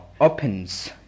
opens